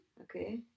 okay